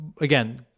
Again